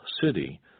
city